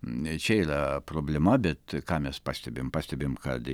čia yra problema bet ką mes pastebim pastebim kad